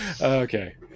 Okay